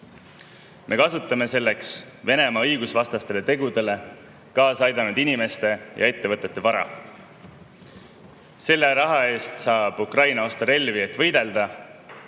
Me kasutame selleks Venemaa õigusvastastele tegudele kaasa aidanud inimeste ja ettevõtete vara. Selle raha eest saab Ukraina osta relvi, et võidelda,